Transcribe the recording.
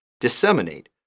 disseminate